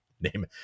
name